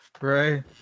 Right